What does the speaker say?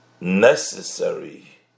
necessary